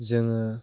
जोङो